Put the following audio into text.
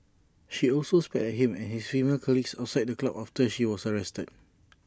she also spat at him and his female colleague outside the club after she was arrested